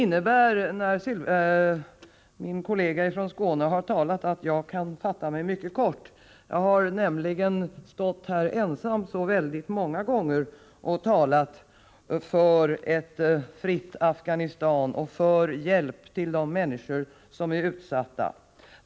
När min kollega från Skåne nu har talat kan jag fatta mig mycket kort — jag har nämligen så många gånger stått här ensam och talat för ett fritt Afghanistan och för hjälp till de människor som är utsatta.